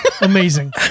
amazing